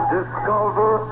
discover